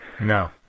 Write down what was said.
no